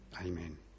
Amen